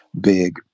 big